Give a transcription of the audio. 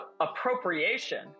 appropriation